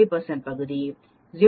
95 பகுதி 0